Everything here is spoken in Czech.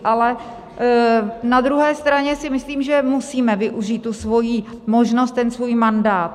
Ale na druhé straně si myslím, že musíme využít tu svoji možnost, svůj mandát.